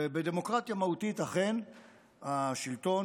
ובדמוקרטיה מהותית אכן השלטון,